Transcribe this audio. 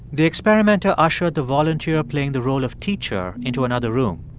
the experimenter ushered the volunteer playing the role of teacher into another room.